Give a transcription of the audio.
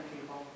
people